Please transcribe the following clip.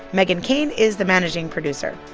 meghan keane is the managing producer.